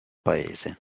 paese